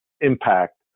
impact